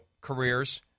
careers